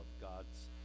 God's